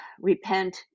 repent